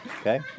okay